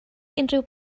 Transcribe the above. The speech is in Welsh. unrhyw